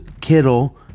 Kittle